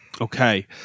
okay